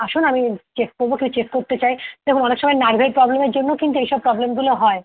আসুন আমি চেক করব কিছু চেক করতে চাই দেখুন অনেক সময় নার্ভের প্রবলেমের জন্যও কিন্তু এই সব প্রবলেমগুলো হয়